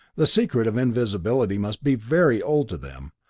the secret of invisibility must be very old to them.